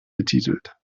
betitelt